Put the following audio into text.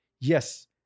Yes